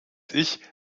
ich